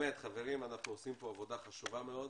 חברים, אנחנו עושים פה עבודה חשובה מאוד.